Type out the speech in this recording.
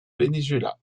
venezuela